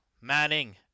manning